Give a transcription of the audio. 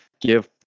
give